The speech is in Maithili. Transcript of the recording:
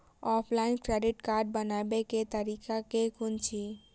ऑफलाइन क्रेडिट कार्ड बनाबै केँ तरीका केँ कुन अछि?